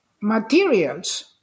materials